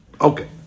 Okay